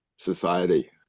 Society